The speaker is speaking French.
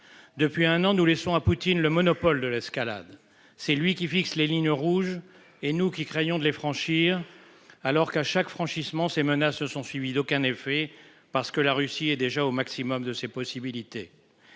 depuis un an, nous laissons à Poutine le monopole de l'escalade. C'est lui qui fixe les lignes rouges et nous qui craignons de les franchir alors qu'à chaque franchissement ces menaces sont suivies d'aucun effet. Parce que la Russie est déjà au maximum de ses possibilités.